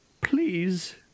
Please